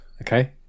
okay